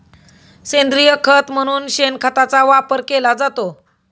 सेंद्रिय खत म्हणून शेणखताचा वापर केला जातो